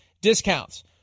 discounts